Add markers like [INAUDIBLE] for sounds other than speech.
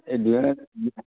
[UNINTELLIGIBLE]